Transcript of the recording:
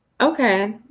Okay